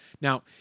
Now